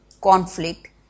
conflict